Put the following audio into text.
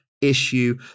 issue